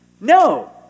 No